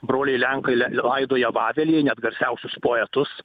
broliai lenkai laidoja vavely net garsiausius poetus